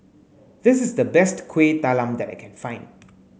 this is the best Kuih Talam that I can find